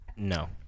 No